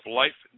life